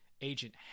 agent